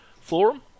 Forum